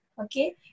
okay